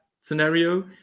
scenario